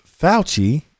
Fauci